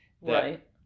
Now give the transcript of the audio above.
Right